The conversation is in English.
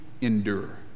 endure